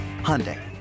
Hyundai